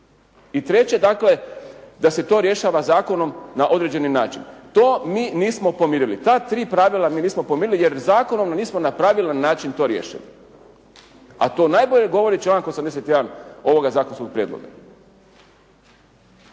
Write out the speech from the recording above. I treće dakle, da se to rješava zakonom na određeni način. To mi nismo pomirili, ta tri pravila nismo pomirili, jer zakonom nismo na pravilan način to riješili. A to najbolje govori članak 81. ovoga zakonskoga prijedloga.